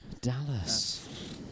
Dallas